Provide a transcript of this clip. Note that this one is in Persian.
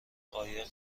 قایق